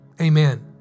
Amen